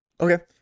Okay